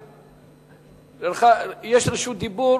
לך יש רשות דיבור